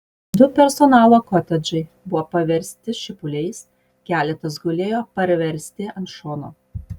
du personalo kotedžai buvo paversti šipuliais keletas gulėjo parversti ant šono